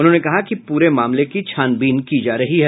उन्होंने कहा कि पूरे मामले की छानबीन की जा रही है